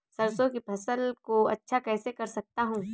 सरसो की फसल को अच्छा कैसे कर सकता हूँ?